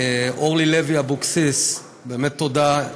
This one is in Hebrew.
אורלי לוי אבקסיס, באמת תודה.